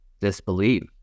disbelief